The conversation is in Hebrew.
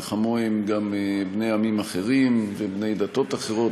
וכמוהם בני עמים אחרים ובני דתות אחרות